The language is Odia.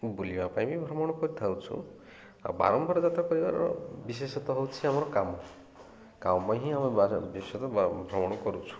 ବୁଲିବା ପାଇଁ ବି ଭ୍ରମଣ କରିଥାଉଛୁ ଆଉ ବାରମ୍ବାର ଯାତ୍ରା କରିବାର ବିଶେଷତଃ ହେଉଛିି ଆମର କାମ କାମ ହିଁ ଆମେ ବିଶେଷତଃ ଭ୍ରମଣ କରୁଛୁ